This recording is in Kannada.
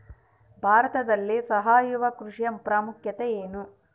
ಭಾರತದಲ್ಲಿ ಸಾವಯವ ಕೃಷಿಯ ಪ್ರಾಮುಖ್ಯತೆ ಎನು?